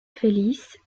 felice